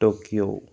Tokyo